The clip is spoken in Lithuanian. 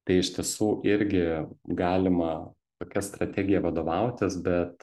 tai iš tiesų irgi galima tokia strategija vadovautis bet